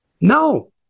No